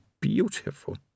beautiful